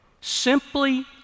simply